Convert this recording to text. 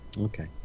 Okay